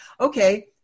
okay